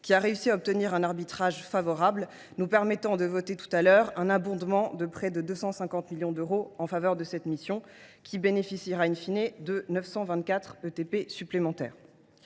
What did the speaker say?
qui a réussi à obtenir un arbitrage favorable. Celui ci nous permettra de voter, tout à l’heure, un abondement de près de 250 millions d’euros en faveur de la mission, qui bénéficiera,, de 924 ETP supplémentaires.